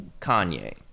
Kanye